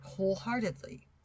wholeheartedly